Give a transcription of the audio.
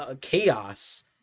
chaos